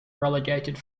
relegated